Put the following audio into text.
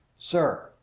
sir,